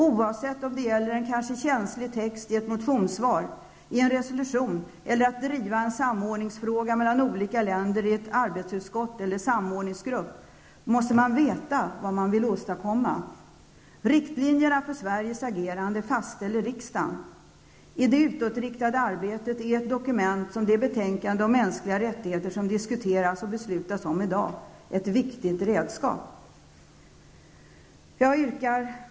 Oavsett om det gäller en känslig text i ett motionssvar eller i en resolution eller om det gäller att i ett arbetsutskott eller en samordningsgrupp driva en fråga som rör samordningen mellan olika länder måste man veta vad det är man vill åstadkomma. Riktlinjerna för Sveriges agerande fastställer riksdagen. I det utåtriktade arbetet är ett dokument som detta, dvs. det betänkande om mänskliga rättigheter som vi i dag diskuterar och fattar beslut om, ett viktigt redskap. Herr talman!